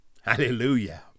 Hallelujah